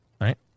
Right